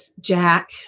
Jack